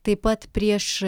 taip pat prieš